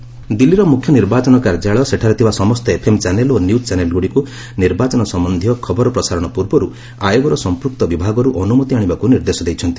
Delhi CEO ଦିଲ୍ଲୀର ମୁଖ୍ୟ ନିର୍ବାଚନ କାର୍ଯ୍ୟାଳୟ ସେଠାରେ ଥିବା ସମସ୍ତ ଏଫ୍ଏମ୍ ଚ୍ୟାନେଲ୍ ଓ ନ୍ୟୁଜ୍ ଚ୍ୟାନେଲ୍ ଗୁଡ଼ିକୁ ନିର୍ବାଚନ ସମ୍ଭନ୍ଧୀୟ ଖବର ପ୍ରସାରଣ ପୂର୍ବରୁ ଆୟୋଗର ସମ୍ପୃକ୍ତ ବିଭାଗରୁ ଅନୁମତି ଆଶିବାକୁ ନିର୍ଦ୍ଦେଶ ଦେଇଛନ୍ତି